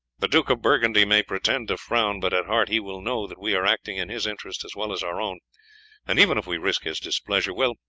the duke of burgundy may pretend to frown, but at heart he will know that we are acting in his interest as well as our own and even if we risk his displeasure, well,